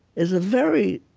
is a very